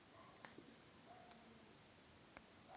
ಆರ್ಥಿಕ ಅಭಿವೃದ್ಧಿಯನ್ನು ದೇಶದ ಜಿ.ಡಿ.ಪಿ ಯನ್ನು ಆದರಿಸಿ ಅಳತೆ ಮಾಡುತ್ತಾರೆ